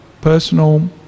personal